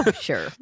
Sure